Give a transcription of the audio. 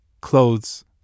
clothes